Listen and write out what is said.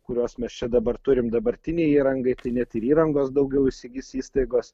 kuriuos mes čia dabar turim dabartinei įrangai tai net ir įrangos daugiau įsigis įstaigos